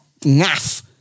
naff